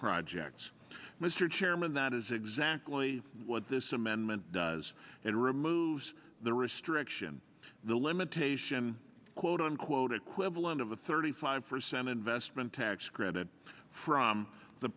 projects mr chairman that is exactly what this amendment does and removes the restriction the limitation quote unquote equivalent of the thirty five percent investment tax credit from the